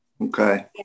Okay